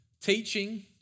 teaching